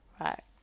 right